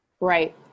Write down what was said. Right